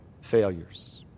failures